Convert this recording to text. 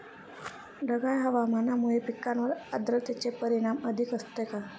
ढगाळ हवामानामुळे पिकांवर आर्द्रतेचे परिणाम अधिक असतो का?